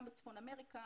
גם בצפון אמריקה,